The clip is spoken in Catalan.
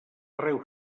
arreu